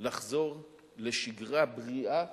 לחזור לשגרה בריאה